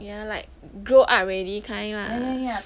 ya like grow up already kind lah